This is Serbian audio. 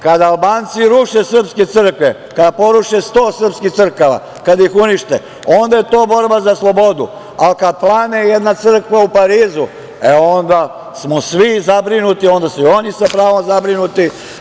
Kad Albanci ruše srpske crkve, kada poruše 100 srpskih crkava, kada ih unište, onda je to borba za slobodu, ali kad plane jedna crkva u Parizu, e onda smo svi zabrinuti, onda su oni sa pravom zabrinuti.